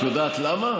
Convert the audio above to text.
את יודעת למה?